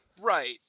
Right